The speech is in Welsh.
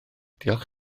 diolch